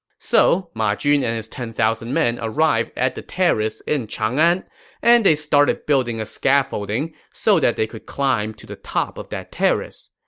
so, ma jun and his ten thousand men arrived at the terrace in chang'an and they started building a scaffolding so that they could climb to the top of that terrace.